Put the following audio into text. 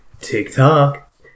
TikTok